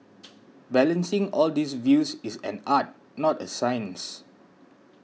balancing all these views is an art not a science